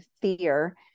fear